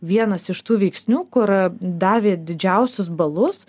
vienas iš tų veiksnių kur davė didžiausius balus